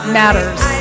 matters